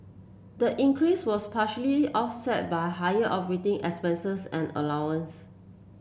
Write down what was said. the increase was partly offset by higher expenses and allowances